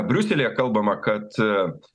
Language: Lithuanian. briuselyje kalbama kad